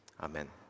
Amen